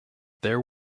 there